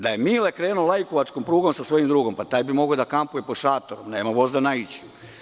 Da je Mile krenuo lajkovačkom prugom sa svojim drugom, mogao bi da kampuje pod šatorom, jer nema voza da naiđe.